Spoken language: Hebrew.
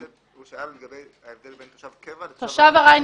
הוא שאל על ההבדל בין תושב קבע לתושב ארעי.